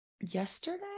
yesterday